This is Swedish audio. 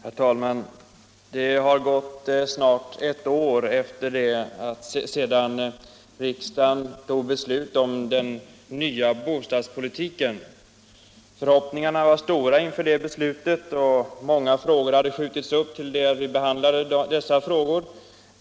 Herr talman! Det har gått snart ett år sedan riksdagen tog beslutet om den nya bostadspolitiken. Förhoppningarna var stora inför det beslutet, och många frågor hade skjutits upp i avvaktan på det.